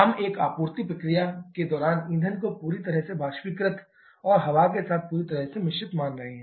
हम एक आपूर्ति प्रक्रिया के दौरान ईंधन को पूरी तरह से वाष्पीकृत और हवा के साथ पूरी तरह से मिश्रित मान रहे हैं